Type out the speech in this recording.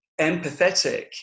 empathetic